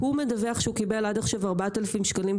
אבל הוא מדווח שהוא קיבל עד עכשיו 4,020 שקלים,